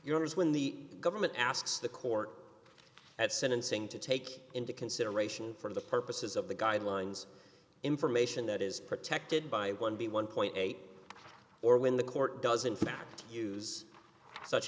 yours when the government asks the court at sentencing to take into consideration for the purposes of the guidelines information that is protected by one b one point eight or when the court does in fact use such